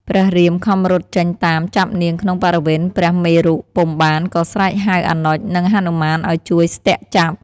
ព្រះរាមខំរត់ចេញតាមចាប់នាងក្នុងបរិវេណព្រះមេរុពុំបានក៏ស្រែកហៅអនុជ និងហនុមានឱ្យជួយស្នាក់ចាប់។